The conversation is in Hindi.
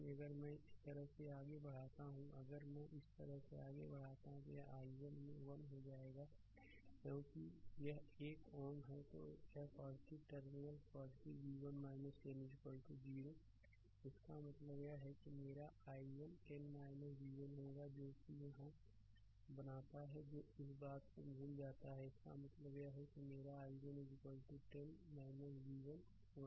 इसलिए अगर मैं इस तरह से आगे बढ़ता हूं अगर मैं इस तरह से आगे बढ़ता हूं तो यह i1 में 1 हो जाएगा क्योंकि यह एकΩ है तो यह टर्मिनल v1 10 0 इसका मतलब यह है कि मेरा i1 10 v1 होगा जो यहां बनाता है जो इस बात को भूल जाता है इसका मतलब है कि मेरा i1 10 v1 1 से विभाजित है